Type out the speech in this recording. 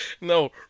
no